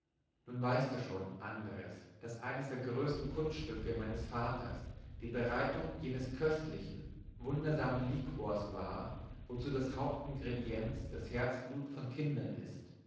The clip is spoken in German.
nun weißt du schon andres daß eines der größten kunststücke meines vaters die bereitung jenes köstlichen wundersamen liquors war wozu das hauptingredienz das herzblut von kindern ist